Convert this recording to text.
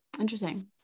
Interesting